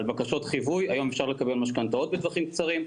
על בקשות חיווי היום אפשר לקבל משכנתאות בטווחים קצרים,